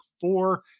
four